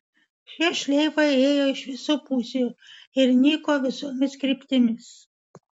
šie šleifai ėjo iš visų pusių ir nyko visomis kryptimis